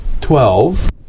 Twelve